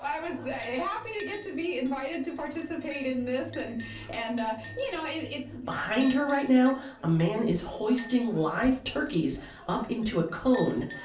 was happy to get to be invited to participate in this. and and you know, it. behind her right now, a man is hoisting live turkeys up into a cone.